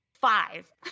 Five